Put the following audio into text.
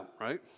right